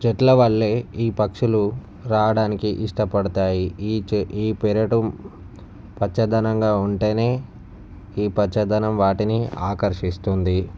చెట్ల వల్లే ఈ పక్షులు రావడానికి ఇష్టపడతాయి ఈ చె ఈ పెరడు పచ్చదనంగా ఉంటేనే ఈ పచ్చదనం వాటిని ఆకర్షిస్తుంది